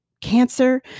cancer